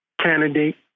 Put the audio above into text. candidate